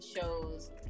shows